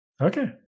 Okay